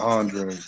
Andre